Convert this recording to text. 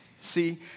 See